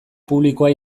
publikoa